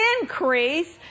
increase